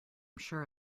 sure